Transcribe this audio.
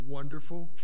Wonderful